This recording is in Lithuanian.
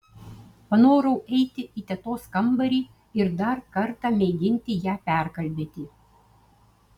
panorau eiti į tetos kambarį ir dar kartą mėginti ją perkalbėti